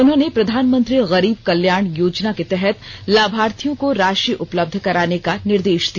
उन्होंने प्रधानमंत्री गरीब कल्याण योजना के तहत लाभार्थियों को राषि उपलब्ध कराने का निर्देष दिया